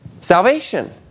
salvation